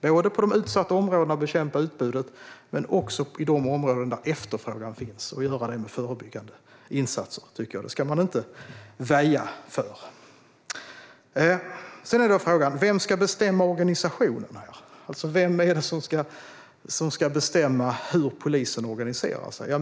Vi ska gå på de utsatta områdena och bekämpa utbudet, men vi måste också gå in med förebyggande insatser i de områden där efterfrågan finns. Det ska vi inte väja för. Vem ska bestämma hur polisen organiseras?